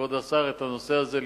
כבוד השר, לפתור את הנושא הזה.